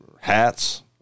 Hats